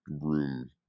room